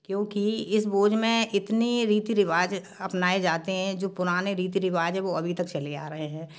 क्योंकि इस बोझ में इतनी रीति रिवाज अपनाए जाते हैं जो पुराने रीति रिवाज हैं वो अभी तक चले आ रहे हैं